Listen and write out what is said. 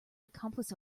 accomplice